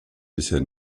bisher